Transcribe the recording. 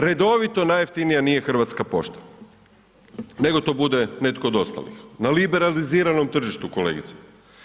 Redovito najjeftinija nije Hrvatska pošta nego to bude netko od ostalih na liberaliziranom tržištu kolegice.